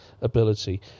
ability